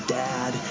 dad